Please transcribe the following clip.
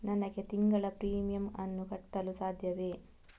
ನನಗೆ ತಿಂಗಳ ಪ್ರೀಮಿಯಮ್ ಅನ್ನು ಕಟ್ಟಲು ಸಾಧ್ಯವೇ?